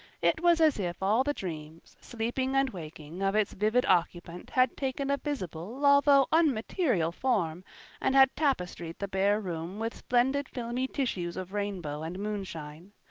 it was as if all the dreams, sleeping and waking, of its vivid occupant had taken a visible although unmaterial form and had tapestried the bare room with splendid filmy tissues of rainbow and moonshine.